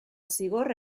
zigor